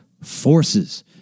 Forces